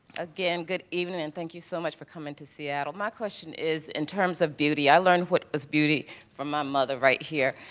again, good evening and thank you so much for coming to seattle. my question is in terms of beauty, i learned what is beauty from my mother right here,